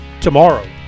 tomorrow